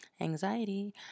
anxiety